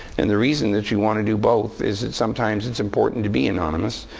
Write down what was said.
and the reason that you want to do both is that sometimes it's important to be anonymous.